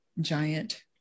giant